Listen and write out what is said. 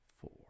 four